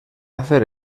hacer